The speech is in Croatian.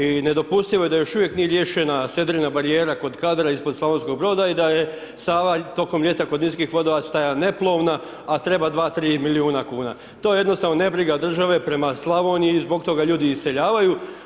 I nedopustivo je da još uvijek nije riješena sedrena barijera kod Kadra ispod Slavonskog Broda i da je Sava tokom ljeta kod niskih vodova stajala neplovna, a trema 2, 3 milijuna kuna, to je jednostavno nebriga države prema Slavoniji zbog toga ljudi iseljavaju.